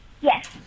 Yes